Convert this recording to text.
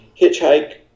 hitchhike